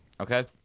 Okay